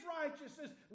righteousness